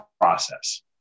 process